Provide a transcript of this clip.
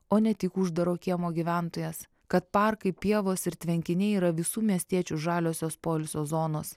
o ne tik uždaro kiemo gyventojas kad parkai pievos ir tvenkiniai yra visų miestiečių žaliosios poilsio zonos